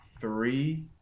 three